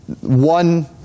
one